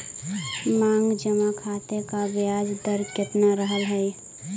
मांग जमा खाते का ब्याज दर केतना रहअ हई